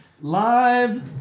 live